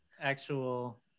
actual